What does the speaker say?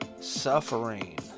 suffering